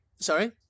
Sorry